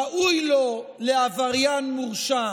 ראוי לו, לעבריין מורשע,